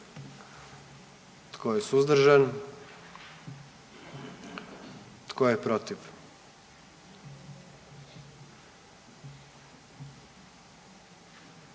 Tko je suzdržan? I tko je protiv?